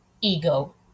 ego